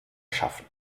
schaffen